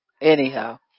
Anyhow